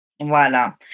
Voilà